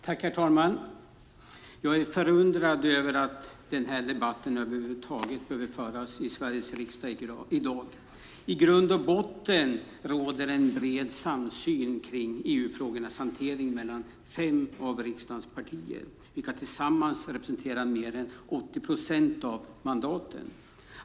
Herr talman! Jag är förundrad över att denna debatt över huvud taget behöver föras i Sveriges riksdag i dag. I grund och botten råder en bred samsyn om EU-frågornas hantering mellan fem av riksdagens partier, vilka tillsammans representerar mer än 80 procent av mandaten.